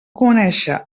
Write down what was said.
conéixer